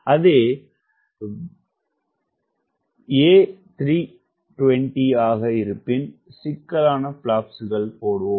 அதே A320 ஆக இருப்பின் சிக்கலான பிளாப்ஸ்கள் போடுவோம்